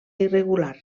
irregular